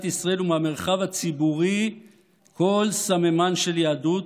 ישראל ומהמרחב הציבורי כל סממן של יהדות,